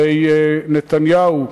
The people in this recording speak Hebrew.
הרי נתניהו,